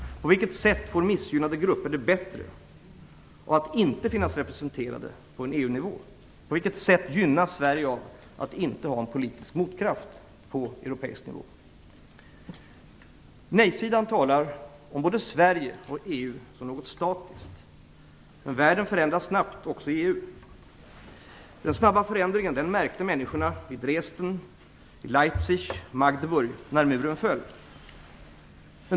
På vilket sätt får de missgynnade grupperna det bättre av att inte finnas representerade på en EU-nivå? På vilket sätt gynnas Sverige av att inte ha en politisk motkraft på europeisk nivå? Nej-sidan talar om både Sverige och EU som något statiskt. Men världen förändras snabbt också i EU. Den snabba förändringen märkte människorna i Dresden, Leipzig, Magdeburg när muren föll.